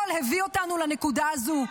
הכול הביא אותנו לנקודה הזו,